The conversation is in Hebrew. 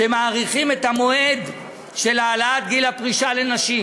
שמאריכים את המועד של העלאת גיל הפרישה לנשים.